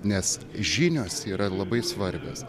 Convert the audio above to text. nes žinios yra labai svarbios